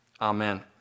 Amen